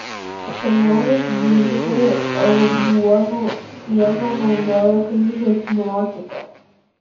senovės gydytojai aguonų pieną naudojo kaip hipnotiką